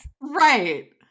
Right